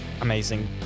amazing